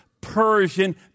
Persian